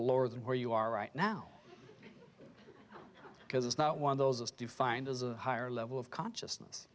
lower than where you are right now because it's not one of those as defined as a higher level of consciousness